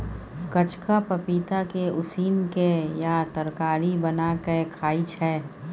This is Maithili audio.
कचका पपीता के उसिन केँ या तरकारी बना केँ खाइ छै